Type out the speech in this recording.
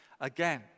again